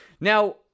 Now